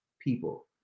people